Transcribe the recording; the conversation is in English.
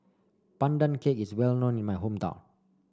Pandan Cake is well known in my hometown